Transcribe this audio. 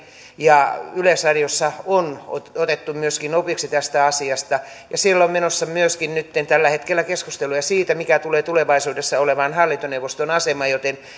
ja yleisradiossa on myöskin otettu opiksi tästä asiasta siellä on myöskin menossa tällä hetkellä keskusteluja siitä mikä tulee tulevaisuudessa olemaan hallintoneuvoston asema joten